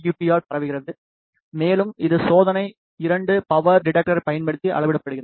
D ஆல் பரவுகிறது மேலும் இது சோதனை 2 பவர் டிடெக்டரைப் பயன்படுத்தி அளவிடப்படுகிறது